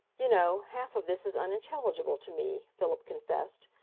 you know, half of this is unintelligible to me, philip confessed.